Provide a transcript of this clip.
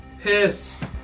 Piss